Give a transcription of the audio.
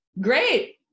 great